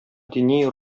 дини